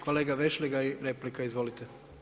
Kolega Vešligaj, replika, izvolite.